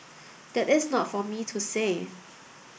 that is not for me to say